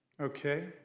Okay